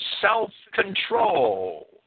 self-control